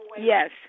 Yes